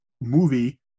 movie